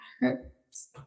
hurts